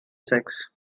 sex